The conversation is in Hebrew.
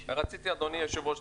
אדוני היושב-ראש,